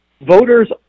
voters